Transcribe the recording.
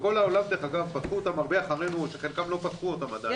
שבכל העולם דרך אגב פתחו אותם הרבה אחרינו או שחלקם לא פתחו אותם עדיין,